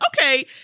Okay